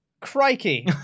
Crikey